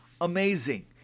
Amazing